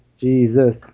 Jesus